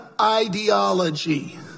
ideology